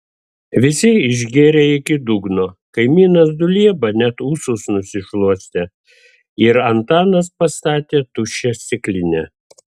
visi išgėrė iki dugno kaimynas dulieba net ūsus nusišluostė ir antanas pastatė tuščią stiklinę